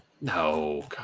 No